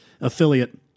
affiliate